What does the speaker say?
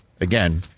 again